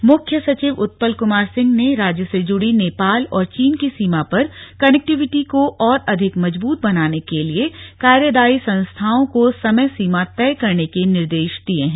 निर्देश मुख्य सचिव उत्पल कुमार सिंह ने राज्य से जुड़ी नेपाल और चीन की सीमा पर कनेक्टिविटी को और अधिक मजबूत बनाने के लिए कार्यदायी संस्थाओं को समय सीमा तय करने के निर्देश दिए हैं